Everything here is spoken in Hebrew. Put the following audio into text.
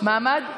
מעמד האישה.